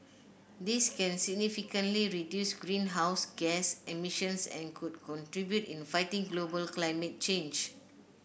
this can significantly reduce greenhouse gas emissions and could contribute in fighting global climate change